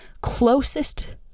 closest